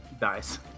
dies